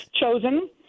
chosen